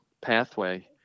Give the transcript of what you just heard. pathway